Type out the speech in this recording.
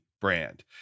brand